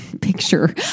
picture